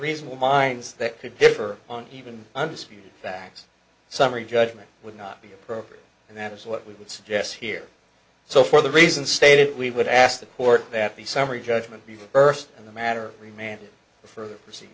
reasonable minds that could differ on even undisputed facts summary judgment would not be appropriate and that is what we would suggest here so for the reasons stated we would ask the court that the summary judgment be the first in the matter remained in the further pr